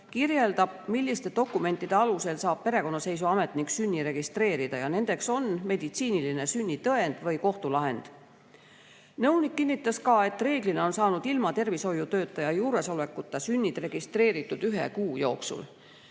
kirjeldab, milliste dokumentide alusel saab perekonnaseisuametnik sünni registreerida, need on meditsiiniline sünnitõend või kohtulahend. Nõunik kinnitas ka, et reeglina on saanud ilma tervishoiutöötaja juuresolekuta sünnid registreeritud ühe kuu jooksul.